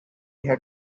had